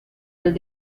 del